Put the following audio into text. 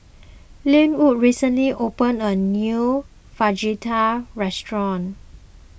Lenwood recently opened a new Fajitas Restaurant